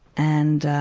and, ah,